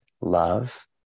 love